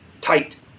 tight